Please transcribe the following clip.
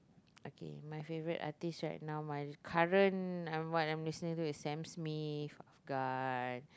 okay my favourite artist right now my current I'm what I'm listening to is Sam-Smith Afghan